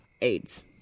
AIDS